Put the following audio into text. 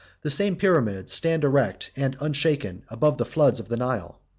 the same pyramids stand erect and unshaken above the floods of the nile.